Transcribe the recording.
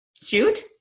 Shoot